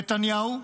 נתניהו,